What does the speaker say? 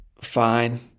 Fine